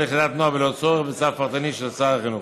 יחידת נוער בלא צורך בצו פרטני של שר החינוך.